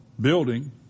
building